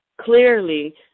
clearly